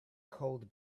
cold